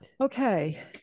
okay